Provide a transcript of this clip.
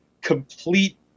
complete